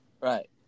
Right